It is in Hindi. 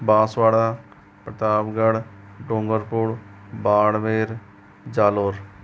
बाँसवाड़ा प्रतापगढ डूंगरपुर बाड़मेर जालौर